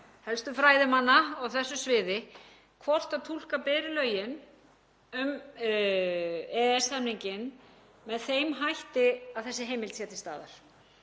helstu fræðimanna á þessu sviði hvort túlka beri lögin um EES-samninginn með þeim hætti að þessi heimild sé til staðar.